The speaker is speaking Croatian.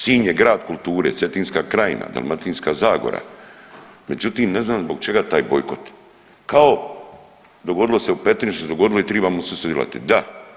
Sinj je grad kulture, Cetinska krajina, Dalmatinska zagora, međutim ne znam zbog čega taj bojkot kao dogodilo se u Petrinji što se dogodilo i tribamo svi sudjelovati, da.